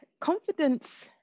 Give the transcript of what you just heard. confidence